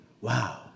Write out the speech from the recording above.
Wow